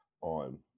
on –